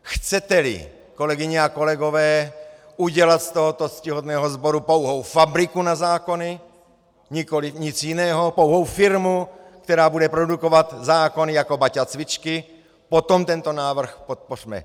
Chceteli, kolegyně a kolegové, udělat z tohoto ctihodného sboru pouhou fabriku na zákony, nic jiného, pouhou firmu, která bude produkovat zákony jako Baťa cvičky, potom tento návrh podpořme.